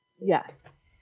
Yes